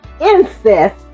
incest